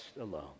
alone